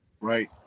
right